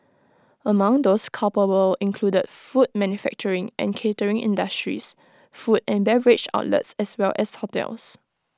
among those culpable included food manufacturing and catering industries food and beverage outlets as well as hotels